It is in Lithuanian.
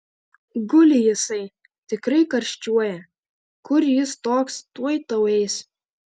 guli jisai tikrai karščiuoja kur jis toks tuoj tau eis